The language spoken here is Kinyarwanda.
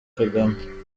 kagame